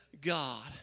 God